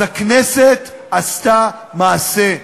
אז הכנסת עשתה מעשה.